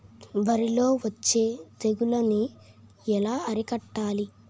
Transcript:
వరిలో వచ్చే తెగులని ఏలా అరికట్టాలి?